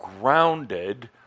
grounded